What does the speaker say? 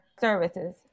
services